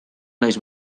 naiz